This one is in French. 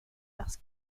parce